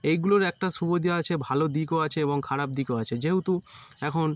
এইগুলোর একটা সুবিধা আছে ভালো দিকও আছে এবং খারাপ দিকও আছে যেহতু এখন